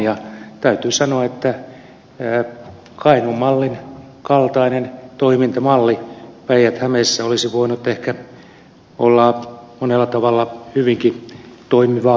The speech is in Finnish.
täytyy sanoa että kainuun mallin kaltainen toimintamalli päijät hämeessä olisi ehkä voinut olla monella tavalla hyvinkin toimiva malli